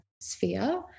sphere